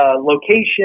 location